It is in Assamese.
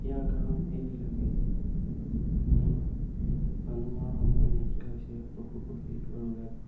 ইয়াৰ কাৰণ এইবিলাকেই মানুহৰ সময় নাইকিয়া হৈছে পশু পক্ষী গৰু গাই